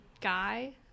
guy